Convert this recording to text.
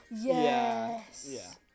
yes